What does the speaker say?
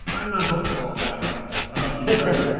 i'm not hopeful on that front ah because, ah